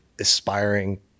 aspiring